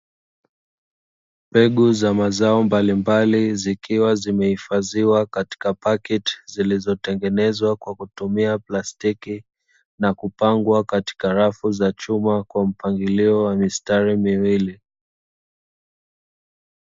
Mbegu za mazao mbalimbali zikiwa zimehifadhiwa katika pakiti zilizotengenezwa kwa kutumia plastiki, na kupangwa katika rafu za chuma kwa mpangilio wa mistari miwili.